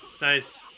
Nice